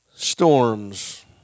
Storms